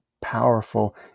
powerful